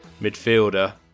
midfielder